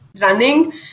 running